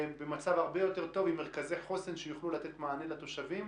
במצב הרבה יותר טוב ועם מרכזי חוסן שיוכלו לתת מענה לתושבים.